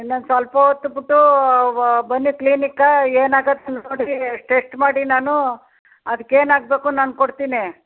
ಇನ್ನೊಂದು ಸ್ವಲ್ಪ ಹೊತ್ತು ಬಿಟ್ಟು ಬನ್ನಿ ಕ್ಲಿನಿಕ್ಕ ಏನಾಗೈತ್ ನೋಡಿ ಟೆಸ್ಟ್ ಮಾಡಿ ನಾನು ಅದಕ್ಕೆ ಏನಾಗಬೇಕು ನಾನು ಕೊಡ್ತೀನಿ